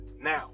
Now